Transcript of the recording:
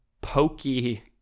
pokey